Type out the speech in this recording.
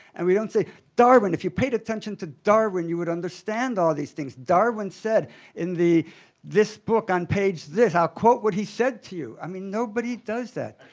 and we don't say, darwin! if you paid attention to darwin, you would understand all these things. darwin said in this book on page this i'll quote what he said to you. i mean, nobody does that.